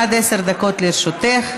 עד עשר דקות לרשותך,